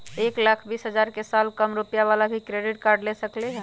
एक लाख बीस हजार के साल कम रुपयावाला भी क्रेडिट कार्ड ले सकली ह?